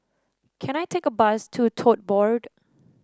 can I take a bus to Tote Board